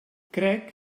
crec